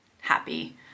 happy